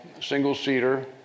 single-seater